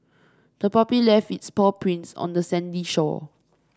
the puppy left its paw prints on the sandy shore